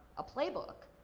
a play book.